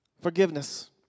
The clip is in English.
Forgiveness